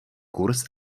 kurz